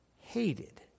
hated